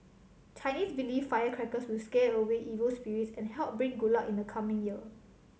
Chinese believe firecrackers will scare away evil spirits and help bring good luck in the coming year